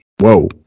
Whoa